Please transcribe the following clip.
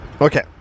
Okay